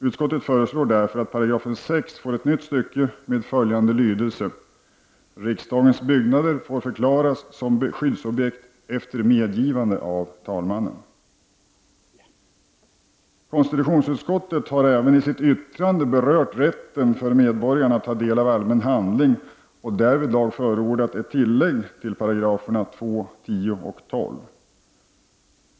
Utskottet föreslår därför att 6 § får ett nytt stycke med följande lydelse: ”Riksdagens byggnader får förklaras som skyddsobjekt efter medgivande av talmannen.” Konstitutionsutskottet har även i sitt yttrande berört rätten för medborgarna att ta del av allmän handling och därvidlag förordat ett tillägg till 2, 10 och 12 §§.